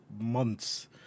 months